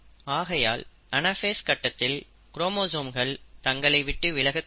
ஆகையால் அனாஃபேஸ் கட்டத்தில் குரோமோசோம்கள் தங்களை விட்டு விலகத் தொடங்கும்